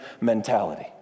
mentality